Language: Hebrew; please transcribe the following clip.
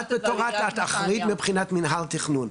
את אחראית מבחינת מנהל תכנון.